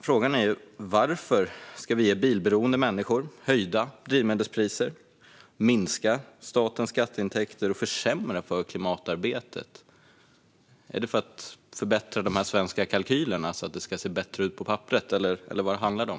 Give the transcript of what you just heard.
Frågan är varför vi ska ge bilberoende människor höjda drivmedelspriser, minska statens skatteintäkter och försämra för klimatarbetet. Är det för att de svenska kalkylerna ska se bättre ut på papperet, eller vad handlar det om?